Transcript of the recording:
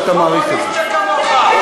שכמוך,